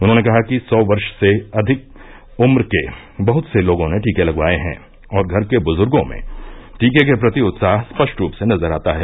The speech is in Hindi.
उन्होंने कहा कि सौ वर्ष से अधिक उम्र के बहुत से लोगों ने टीके लगवाये हैं और घर के बुजुर्गों में टीके के प्रति उत्साह स्पष्ट रूप से नजर आता है